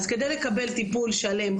אז כדי לקבל טיפול שלם,